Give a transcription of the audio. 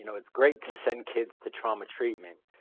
you know it's great to send kids to trauma treatment,